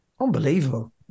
unbelievable